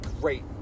great